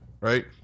right